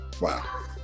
Wow